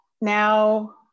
now